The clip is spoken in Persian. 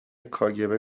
kgb